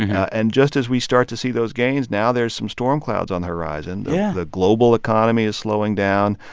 yeah and just as we start to see those gains now, there's some storm clouds on the horizon yeah the global economy is slowing down.